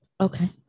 okay